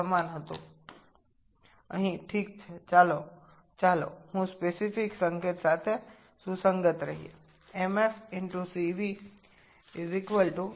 সমান ছিল ঠিক আছে আমাকে সেই নির্দিষ্ট চিহ্নের দ্বারা প্রকাশ করতে দিন